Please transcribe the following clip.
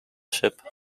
ship